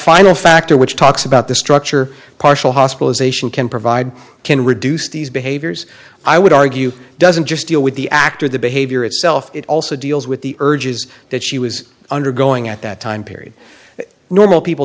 final factor which talks about the structure partial hospitalization can provide can reduce these behaviors i would argue doesn't just deal with the actor the behavior itself it also deals with the urges that she was undergoing at that time period normal people